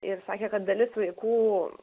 ir sakė kad dalis vaikų